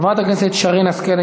חברת הכנסת שרן השכל,